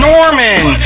Norman